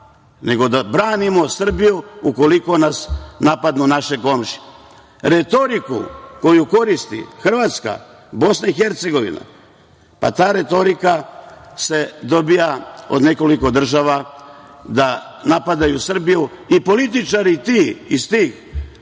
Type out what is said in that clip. nego da branimo Srbiju ukoliko nas napadnu naše komšije. Retoriku koju koristi Hrvatska, BiH, pa ta retorika se dobija od nekoliko država da napadaju Srbiju i političari ti iz tih